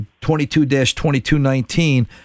22-2219